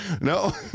No